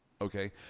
Okay